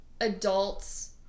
adults